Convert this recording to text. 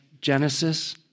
Genesis